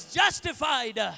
justified